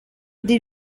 die